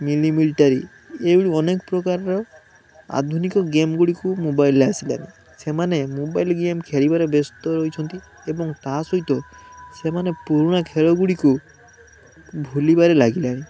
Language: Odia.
ମିନି ମିଲଟାରି ଏହିଭଳି ଅନେକ ପ୍ରକାରର ଆଧୁନିକ ଗେମ୍ ଗୁଡ଼ିକୁ ମୋବାଇଲ୍ରେ ଆସିଲାଣି ସେମାନେ ମୋବାଇଲ୍ ଗେମ୍ ଖେଳିବାରେ ବ୍ୟସ୍ତ ରହିଛନ୍ତି ଏବଂ ତା ସହିତ ସେମାନେ ପୁରୁଣା ଖେଳ ଗୁଡ଼ିକୁ ଭୁଲିବାରେ ଲାଗିଲେଣି